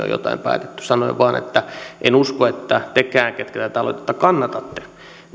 on jotain päätetty sanoin vain että en usko että tekään ketkä tätä aloitetta kannatatte